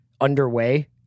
underway